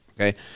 Okay